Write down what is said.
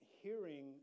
hearing